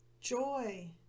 Joy